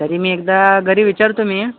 तरी मी एकदा घरी विचारतो मी